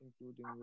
including